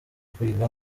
kwiga